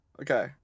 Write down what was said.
Okay